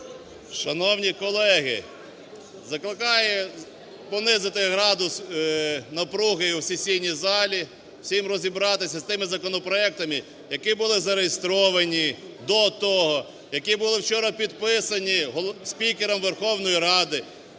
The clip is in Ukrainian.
Шановні колеги, закликаю понизити градус напруги у сесійній залі, всім розібратися з тими законопроектами, які були зареєстровані до того, які були вчора підписані спікером Верховної Ради,